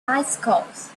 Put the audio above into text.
bicycles